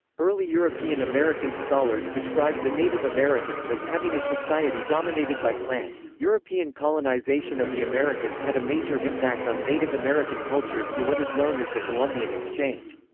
early european american scholars described the native americans as having a society dominated by clans european colonization of the americas had a major impact on native american culture through what is known as the columbian exchange.